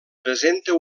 presenta